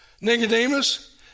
Nicodemus